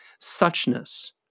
suchness